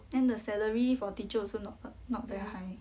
then the salary for teacher also not not very high